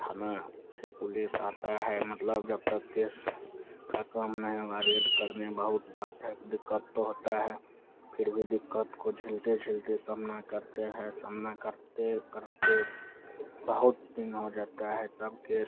थाना से पुलिस आती है मतलब जब तक केस का काम नहीं हुआ रेड करने में बहुत बाधक दिक़्क़त तो होती है फिर भी दिक़्क़त को झेलते झेलते समना करते हैं समना करते करते बहुत दिन हो जाते हैं तब केस